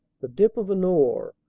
the dip of an oar,